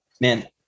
man